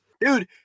dude